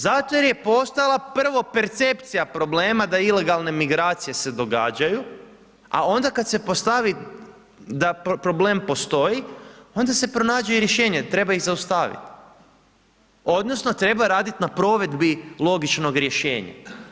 Zato jer je postajala prvo percepcija problema, da ilegalne migracije se događaju, a onda kada se postavi da problem postoji onda se pronađu i rješenja, treba ih zaustaviti, odnosno, treba raditi na provedbi logičnog rješenja.